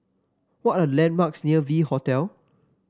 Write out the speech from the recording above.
what are the landmarks near V Hotel